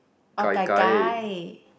or gai-gai